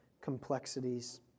complexities